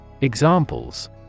Examples